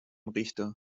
richter